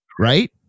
right